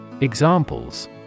Examples